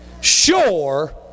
sure